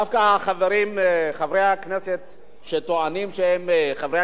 חברי הכנסת שטוענים שהם חברי כנסת חברתיים,